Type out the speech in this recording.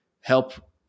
help